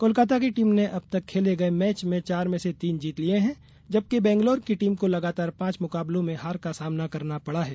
कोलकाता की टीम ने अब तक खेले गए मैच में चार में से तीन जीत लिए हैं जबकि बैंगलोर की टीम को लगातार पांच मुकाबलों में हार का सामना करना पड़ा है